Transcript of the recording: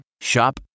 Shop